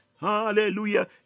hallelujah